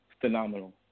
phenomenal